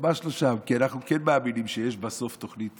ממש לא שם, כי אנחנו כן מאמינים שיש בסוף תוכנית